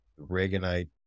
Reaganite